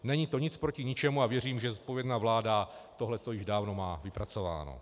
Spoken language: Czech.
Není to nic proti ničemu a věřím, že zodpovědná vláda tohle již dávno má vypracováno.